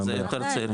כן, זה יותר צעיר.